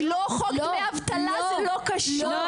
כי לא חוק דמי אבטלה זה לא קשור.